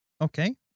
okay